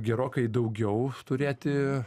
gerokai daugiau turėti